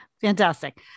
Fantastic